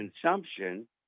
consumption